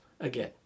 again